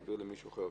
או העביר למישהו אחר.